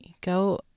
Go